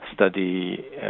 Study